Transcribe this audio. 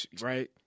Right